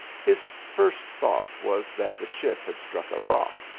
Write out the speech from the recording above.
his first thought was that the ship had struck a rock,